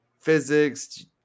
physics